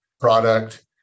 product